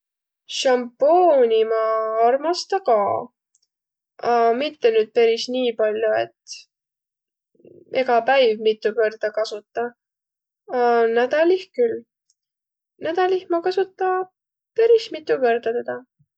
Sampooni ma armasta ka. A mitte nüüd peris nii pall'o, et egä päiv mitu kõrda kasutaq. A nädälih külq. Nädälih ma kasuta peris mitu kõrda tedä.